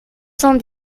cent